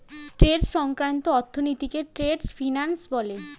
trade সংক্রান্ত অর্থনীতিকে trade finance বলে